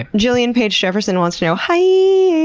ah gillian page jefferson wants to know hiiiiii,